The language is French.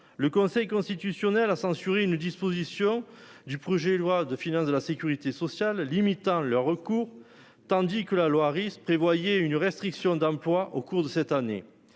Le Conseil constitutionnel a censuré une disposition du projet de loi de finances de la Sécurité sociale limitant le recours, tandis que la loi risque prévoyez une restriction d'emploi au cours de cette année.